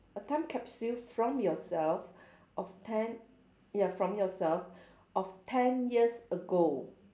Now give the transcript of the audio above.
a time capsule from yourself of ten ya from yourself of ten years ago